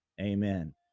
Amen